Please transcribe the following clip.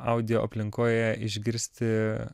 audio aplinkoje išgirsti